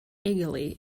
eagerly